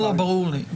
ברור לי.